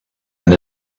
and